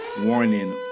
Warning